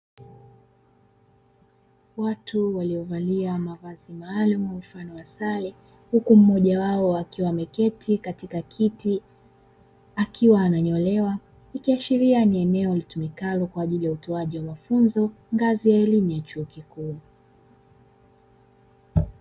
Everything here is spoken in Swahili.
Watu waliovalia mavazi maalumu mfano wa sare, huku mmoja wao akiwa ameketi katika kiti akiwa ananyolewa ukiashiria ni eneo lilitumikalo kwa ajili ya utoaji wa mafunzo ngazi ya elimu ya chuo kikuu.